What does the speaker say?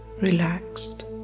relaxed